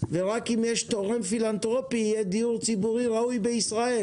ורק אם יש תורם פילנתרופי יהיה דיור ציבורי ראוי בישראל.